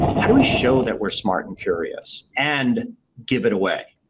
how do we show that we're smart and curious and give it away?